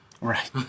Right